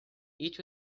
each